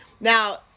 Now